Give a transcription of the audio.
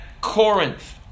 Corinth